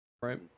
Right